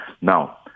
Now